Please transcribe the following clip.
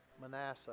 Manasseh